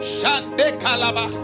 Shandekalaba